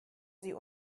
sie